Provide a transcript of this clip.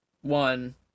One